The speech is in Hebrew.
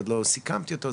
ועוד לא סיכמתי אותו,